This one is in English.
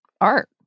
art